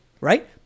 right